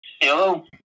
Hello